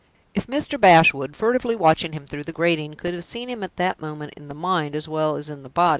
if mr. bashwood, furtively watching him through the grating, could have seen him at that moment in the mind as well as in the body,